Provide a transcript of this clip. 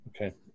Okay